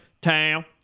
town